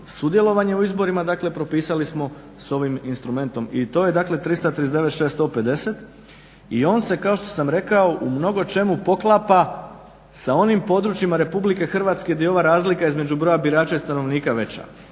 sudjelovanje u izborima dakle propisali smo s ovim instrumentom i to je dakle 339 150 i on se kao što sam rekao u mnogočemu poklapa sa onim područjima Republike Hrvatske gdje je ova razlika između broja birača i stanovnika veća.